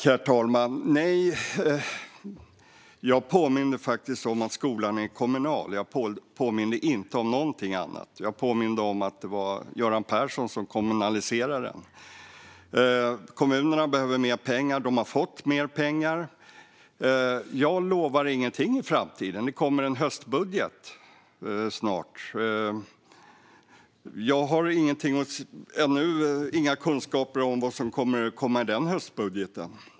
Herr talman! Jag påminde faktiskt om att skolan är kommunal. Jag påminde inte om någonting annat. Jag påminde om att det var Göran Persson som kommunaliserade den. Kommunerna behöver mer pengar. De har fått mer pengar. Jag lovar ingenting för framtiden. Det kommer en höstbudget snart, och jag har ännu inga kunskaper om vad som kommer att komma i den.